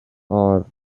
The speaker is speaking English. are